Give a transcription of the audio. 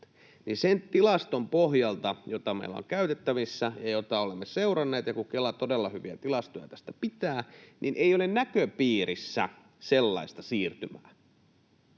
Sen tilaston pohjalta, joka meillä on käytettävissä ja jota olemme seuranneet — ja kun Kela todella hyviä tilastoja tästä pitää — ei ole näköpiirissä sellaista siirtymää,